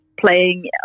playing